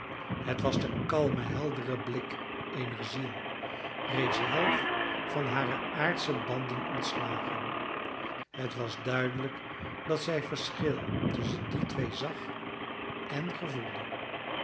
het was de kalme heldere blik eener ziel reeds half van hare aardsche banden ontslagen het was duidelijk dat zij verschil tusschen die twee zag en gevoelde